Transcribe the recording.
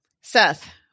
Seth